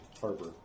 harbor